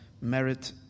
merit